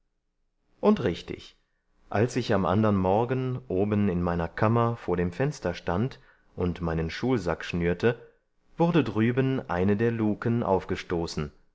und richtig als ich am andern morgen oben in meiner kammer vor dem fenster stand und meinen schulsack schnürte wurde drüben eine der luken aufgestoßen